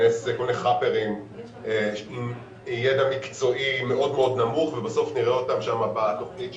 חאפרים עם ידע מקצועי מאוד מאוד נמוך ובסוף נראה אותם בתוכנית.